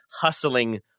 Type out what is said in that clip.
hustling